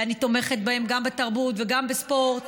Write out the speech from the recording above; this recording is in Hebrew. אני תומכת בהם גם בתרבות וגם בספורט.